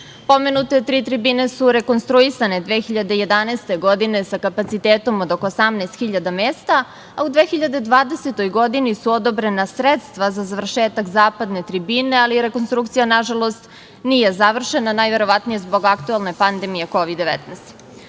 Pomenute tri tribine su rekonstruisane 2011. godine sa kapacitetom od oko 18.000 mesta, a u 2020. godini su odobrena sredstva za završetak zapadne tribine, ali rekonstrukcija, nažalost nije završena, najverovatnije zbog aktuelne pandemije Kovid